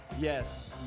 Yes